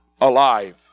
alive